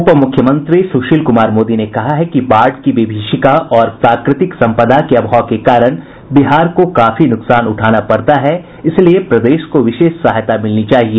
उप मुख्यमंत्री सुशील कुमार मोदी ने कहा है कि बाढ़ की विभीषिका और प्राकृतिक संपदा के अभाव के कारण बिहार को काफी नुकसान उठाना पड़ता है इसलिए प्रदेश को विशेष सहायता मिलनी चाहिए